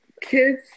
kids